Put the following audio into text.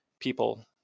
people